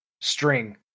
string